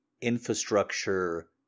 infrastructure